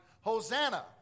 Hosanna